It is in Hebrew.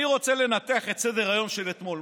אני רוצה לנתח את סדר-היום של אתמול.